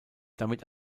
damit